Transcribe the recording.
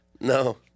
No